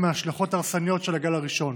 עם ההשלכות ההרסניות של הגל הראשון.